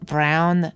Brown